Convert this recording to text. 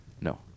No